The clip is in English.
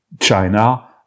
China